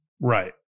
Right